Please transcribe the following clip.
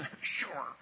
Sure